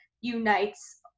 unites